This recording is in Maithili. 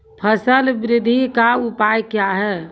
फसल बृद्धि का उपाय क्या हैं?